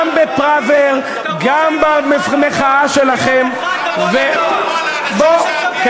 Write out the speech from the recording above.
גם בפראוור, גם במחאה שלכם, תבוא ליום אחד ללוד.